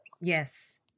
Yes